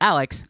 Alex